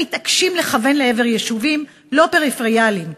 הם מתעקשים לכוון לעבר יישובים "לא פריפריאליים",